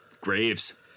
Graves